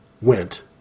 went